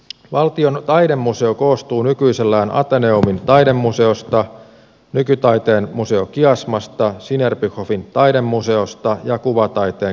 valtion taidemuseo koostuu nykyisellään ateneumin taidemuseosta nykytaiteen museo kiasmasta sinebrychoffin taidemuseosta ja kuvataiteen keskusarkistosta